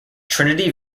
trinity